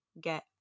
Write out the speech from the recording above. get